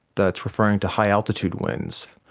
that's referring to high altitude winds.